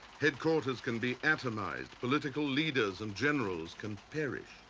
headquarters can be atomized, political leaders and generals can perish.